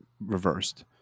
reversed